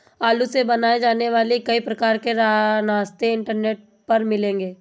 आलू से बनाए जाने वाले कई प्रकार के नाश्ते इंटरनेट पर मिलेंगे